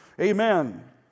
Amen